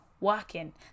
working